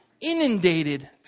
inundated